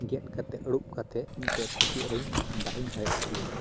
ᱜᱮᱫ ᱠᱟᱛᱮᱫ ᱟᱹᱨᱩᱵ ᱠᱟᱛᱮᱫ ᱢᱤᱫᱴᱮᱱ ᱯᱷᱟᱛᱭᱟᱜ ᱨᱮ ᱫᱟᱜ ᱤᱧ ᱦᱟᱭᱮᱫ ᱚᱪᱚᱭᱟ